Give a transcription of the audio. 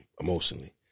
emotionally